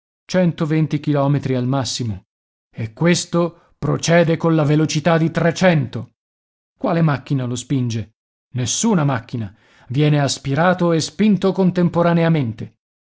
centoventi chilometri al massimo e questo procede colla velocità di trecento quale macchina lo spinge nessuna macchina viene aspirato e spinto contemporaneamente